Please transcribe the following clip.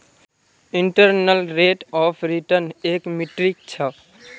internal rate of return एक metric छ